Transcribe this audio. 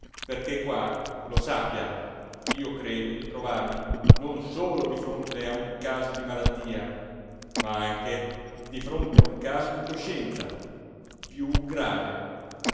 perché qua lo sappia io credo di trovarmi non solo di fronte a un caso di malattia ma anche di fronte a un caso di coscienza più grave